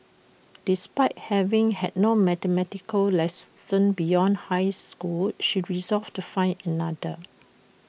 despite having had no mathematical lessons beyond high school she resolved to find another